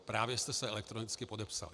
Právě jste se elektronicky podepsali.